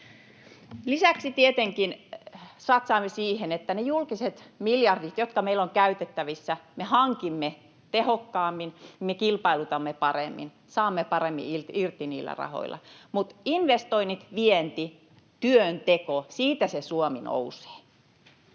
Lisäksi tietenkin satsaamme siihen, että ne julkiset miljardit, jotka meillä on käytettävissämme, me hankimme tehokkaammin, me kilpailutamme paremmin. Saamme paremmin irti niillä rahoilla. Mutta investoinnit, vienti ja työnteko — siitä se Suomi nousee.